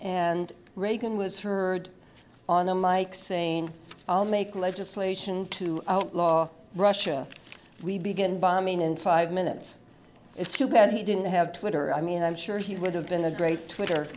and reagan was heard on them like saying i'll make legislation to outlaw russia we begin bombing in five minutes it's too bad he didn't have twitter i mean i'm sure he would have been a great twitter